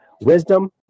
wisdom